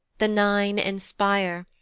the nine inspire,